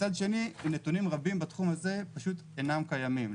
מצד שני, נתונים רבים בתחום הזה פשוט אינם קיימים.